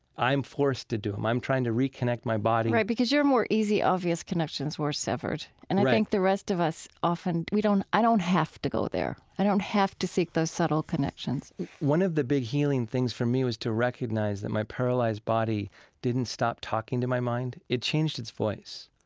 i am forced to do it. i am trying to reconnect my body, right, because your more easy, obvious connections were severed right and i think the rest of us often, we don't, i don't have to go there. i don't have to seek those subtle connections one of the big healing things for me was to recognize that my paralyzed body didn't stop talking to my mind. it changed its voice.